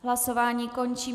Hlasování končím.